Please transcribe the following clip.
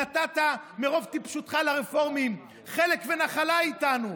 נתת ברוב טיפשותך לרפורמים חלק ונחלה איתנו.